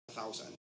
thousand